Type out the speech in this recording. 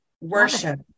worship